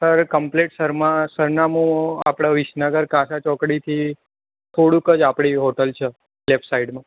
sir complete Sharma સરનામું આપણે વિસનગર કાથા ચોકડીથી થોડુંક જ આપણી હોટલ છે લેફ્ટ સાઈડમાં